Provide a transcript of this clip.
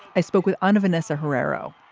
i spoke with honor vanessa herrero,